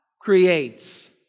creates